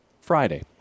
Friday